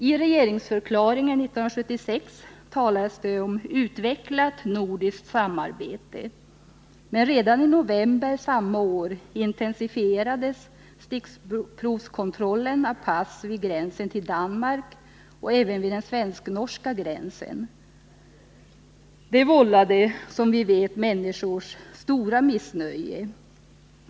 I regeringsförklaringen 1976 talades det om ett utvecklat nordiskt samarbete. Men redan i november samma år intensifierades stickprovskontrollen av pass vid gränsen till Danmark och även vid den svensk-norska gränsen. Det vållade som vi vet människors stora missnöje.